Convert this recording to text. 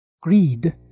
greed